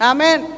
Amen